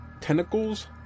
tentacles